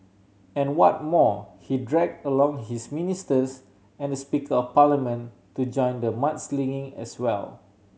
and what more he drag along his ministers and the Speaker of Parliament to join the mudslinging as well